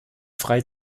frei